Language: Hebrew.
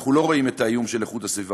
אנחנו לא רואים את האיום של איכות הסביבה,